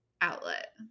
outlet